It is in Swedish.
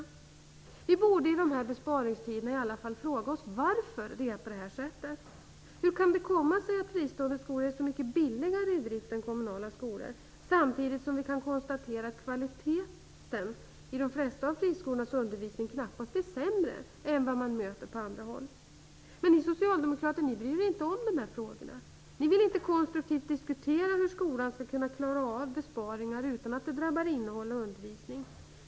I dessa besparingstider borde vi i alla fall fråga oss varför det är så här. Hur kan det komma sig att fristående skolor är så mycket billigare i drift än kommunala skolor? Samtidigt kan vi konstatera att kvaliteten i de flesta friskolor knappast är sämre än den man möter på andra håll. Ni socialdemokrater bryr er inte om dessa frågor. Ni vill inte konstruktivt diskutera hur skolan skall kunna klara av besparingar utan att det drabbar undervisningens innehåll.